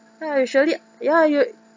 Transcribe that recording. ya you surely ya you